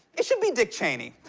it should be dick cheney.